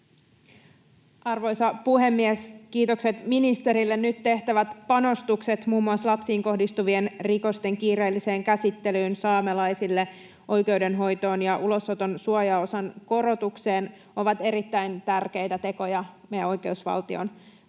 Arvoisa puhemies! Kiitokset ministerille. Nyt tehtävät panostukset muun muassa lapsiin kohdistuvien rikosten kiireelliseen käsittelyyn, saamelaisille oikeudenhoitoon ja ulosoton suojaosan korotukseen ovat erittäin tärkeitä tekoja meidän oikeusvaltion puolesta.